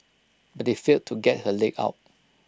but they failed to get her leg out